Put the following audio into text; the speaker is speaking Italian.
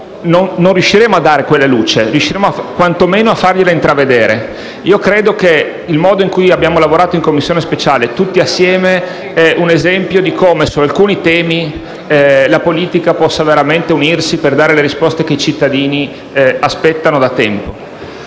non riusciremo a dare quella luce, ma riusciremo quanto meno a fargliela intravedere. Credo che il modo in cui abbiamo lavorato in Commissione speciale, tutti assieme, sia un esempio di come su alcuni temi la politica possa veramente unirsi per dare le risposte che i cittadini aspettano da tempo.